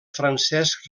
francesc